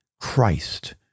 Christ